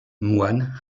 moine